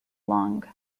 long